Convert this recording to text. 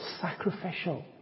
sacrificial